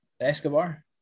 Escobar